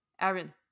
Aaron